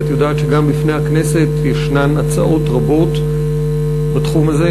כי את יודעת שגם בפני הכנסת יש הצעות רבות בתחום הזה,